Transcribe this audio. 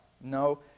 No